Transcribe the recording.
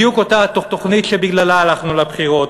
בדיוק אותה תוכנית שבגללה הלכנו לבחירות,